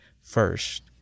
first